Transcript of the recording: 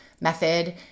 method